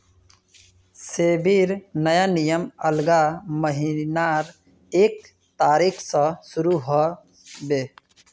सेबीर नया नियम अगला महीनार एक तारिक स शुरू ह बे